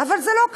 אבל זה לא קרה.